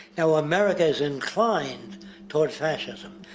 and ah america is inclined toward fascism.